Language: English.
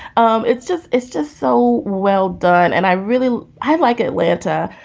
um it's just it's just so well done. and i really i like atlanta,